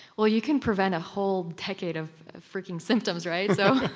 well you can prevent a whole decade of frikking symptoms, right? so